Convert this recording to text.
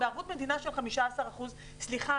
בערבות מדינה של 15%. סליחה,